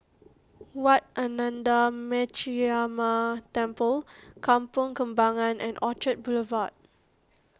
what Ananda Metyarama Temple Kampong Kembangan and Orchard Boulevard